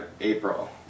April